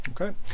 okay